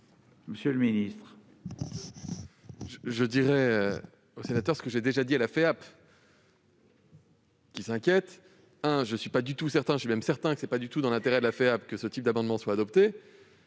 monsieur le ministre,